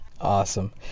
Awesome